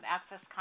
Access